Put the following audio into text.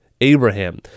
Abraham